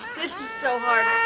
this is so hard!